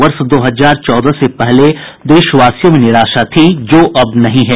वर्ष दो हजार चौदह से पहले देशवासियों में निराशा थी जो अब नहीं हैं